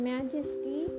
Majesty